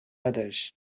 others